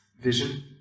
vision